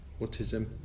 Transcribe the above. autism